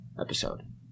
episode